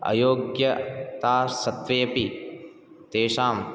अयोग्यतास्सत्वेपि तेषां